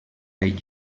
bell